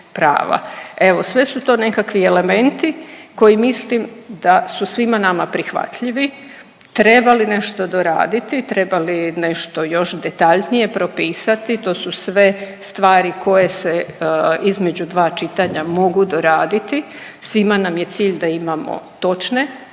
Evo sve su to nekakvi elementi koji mislim da su svima nama prihvatljivi. Treba li nešto doraditi, treba li nešto još detaljnije propisati, to su sve stvari koje se između dva čitanja mogu doraditi. Svima nam je cilj da imamo točne i